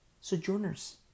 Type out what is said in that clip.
sojourners